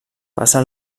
passa